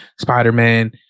Spider-Man